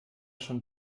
schon